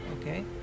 Okay